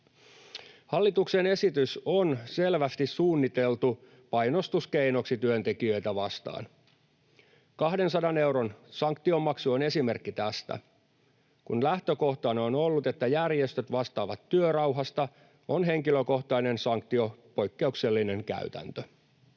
Hallituksen esitys on selvästi suunniteltu painostuskeinoksi työntekijöitä vastaan. 200 euron sanktiomaksu on esimerkki tästä. Kun lähtökohtana on ollut, että järjestöt vastaavat työrauhasta, on henkilökohtainen sanktio poikkeuksellinen käytäntö.